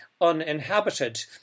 uninhabited